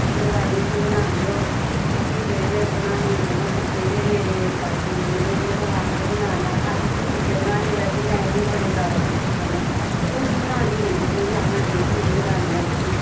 इक दो बारी इसी बनान देओ ते फ्ही जेल्लै में बनाने गी बौह्ना फुलके ते मेरे चाचू जेह्ड़े न ते ओह् आखदे हा ना ना अज्ज तू फुलके बनाने गी बैठी दी अज्ज में बड़े ज्यादा फुलके खाने न ओह् मीं बनान नेईं हे दिंदे हे उनें आखना नेईं तू नेईं बनानी ऐ रुट्टी